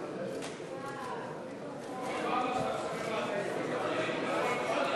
חוק חיילים משוחררים,